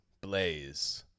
blaze